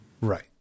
Right